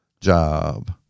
job